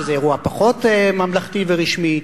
שזה אירוע פחות ממלכתי ורשמי.